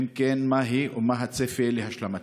2. אם כן, מהי ומה הצפי להשלמתה?